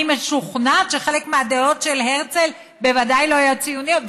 אני משוכנעת שחלק מהדעות של הרצל בוודאי לא היו ציוניות,